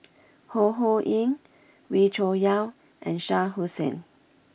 Ho Ho Ying Wee Cho Yaw and Shah Hussain